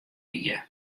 wie